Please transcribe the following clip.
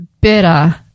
better